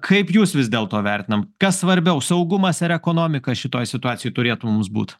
kaip jūs vis dėl to vertinam kas svarbiau saugumas ar ekonomika šitoj situacijoj turėtų mums būt